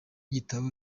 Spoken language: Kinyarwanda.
gitabo